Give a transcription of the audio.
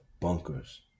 bunkers